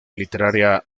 literaria